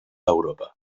europa